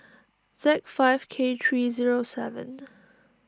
Z five K three O seven